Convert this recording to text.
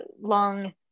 long